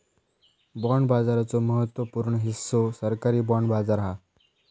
bond बाजाराचो महत्त्व पूर्ण हिस्सो सरकारी बाँड बाजार हा